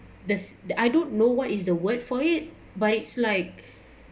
there's that I don't know what is the word for it but it's like